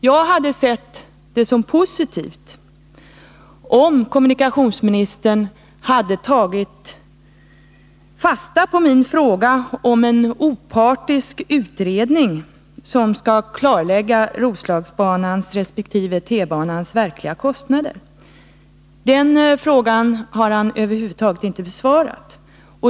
Jag hade sett det som positivt, om kommunikationsministern hade tagit fasta på min fråga om en opartisk utredning med uppgift att klarlägga Roslagsbanans resp. T-banans verkliga kostnader. Den frågan har kommunikationsministern över huvud taget inte besvarat.